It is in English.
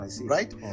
right